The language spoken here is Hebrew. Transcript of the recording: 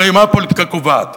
הרי מה הפוליטיקה קובעת?